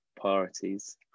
priorities